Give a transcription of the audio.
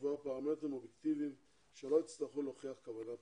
לקבוע פרמטרים אובייקטיביים שלא יצטרכו להוכיח כוונה פלילית.